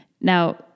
Now